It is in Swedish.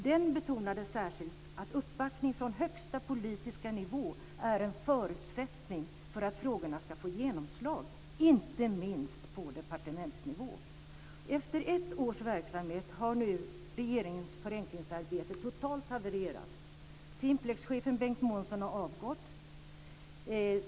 Denna betonade särskilt att uppbackning från högsta politiska nivå är en förutsättning för att frågorna ska få genomslag, inte minst på departementsnivå. Månsson har avgått.